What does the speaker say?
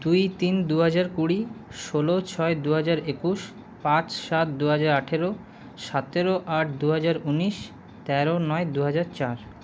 দুই তিন দু হাজার কুড়ি ষোলো ছয় দু হাজার একুশ পাঁচ সাত দু হাজার আঠেরো সাতেরো আট দু হাজার উনিশ তেরো নয় দু হাজার চার